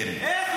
אדוני,